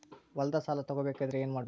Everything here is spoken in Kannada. ಹೊಲದ ಸಾಲ ತಗೋಬೇಕಾದ್ರೆ ಏನ್ಮಾಡಬೇಕು?